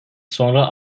sonra